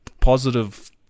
positive